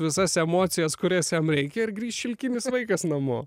visas emocijas kurias jam reikia ir grįš šilkinis vaikas namo